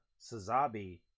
Sazabi